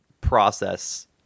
process